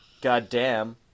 goddamn